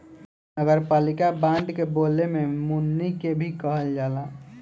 नगरपालिका बांड के बोले में मुनि के भी कहल जाला